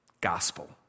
Gospel